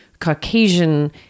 Caucasian